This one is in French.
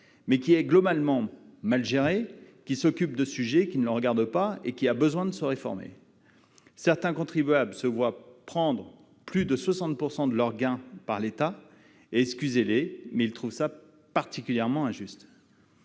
mais qui est globalement mal géré, qui s'occupe de sujets qui ne le regardent pas et qui a besoin de se réformer. Certains contribuables se voient prendre plus de 60 % de leurs gains par l'État et- excusez-les -trouvent cela particulièrement injuste.